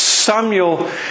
Samuel